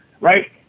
right